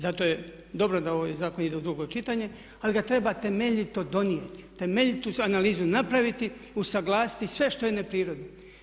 Zato je dobro da ovaj zakon ide u drugo čitanje, ali ga treba temeljito donijeti, temeljitu analizu napraviti, usuglasiti sve što je neprirodno.